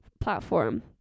platform